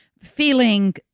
feeling